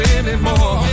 anymore